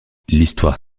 l’histoire